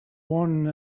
one